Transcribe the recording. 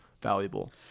valuable